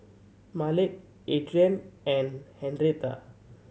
Malik Adriene and Henretta